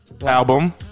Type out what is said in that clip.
album